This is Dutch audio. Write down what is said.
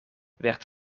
werd